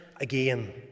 again